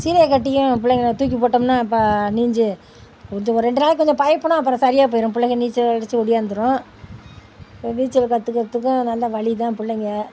சீலையை கட்டியும் பிள்ளைங்கள தூக்கிப் போட்டோம்ன்னால் இப்போ நீஞ்சு கொஞ்சம் ஒரு ரெண்டு நாளைக்கு கொஞ்சம் பயப்படும் அப்புறம் சரியாகப் போயிடும் பிள்ளைங்க நீச்சல் அடித்து ஒடியாந்துடும் நீச்சல் கற்றுக்கிறதுக்கும் நல்ல வழி தான் பிள்ளைங்க